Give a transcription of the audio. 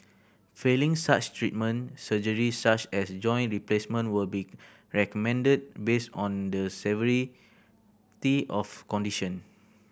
failing such treatment surgery such as joint replacement will be recommended based on the severity of condition